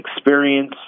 experience